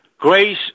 Grace